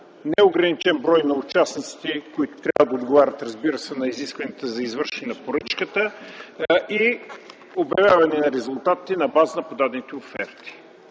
е ограничен броя на участниците, които трябва да отговарят, разбира се, на изискванията за извършване на поръчката, и обявяване на резултатите на база на подадените оферти.